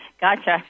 Gotcha